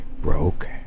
Broke